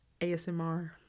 ASMR